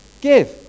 give